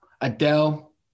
Adele